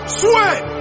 sweat